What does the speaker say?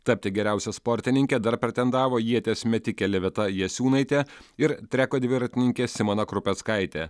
tapti geriausia sportininke dar pretendavo ieties metikė liveta jasiūnaitė ir treko dviratininkės simona krupeckaitė